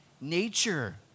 nature